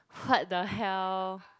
what the hell